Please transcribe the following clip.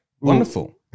Wonderful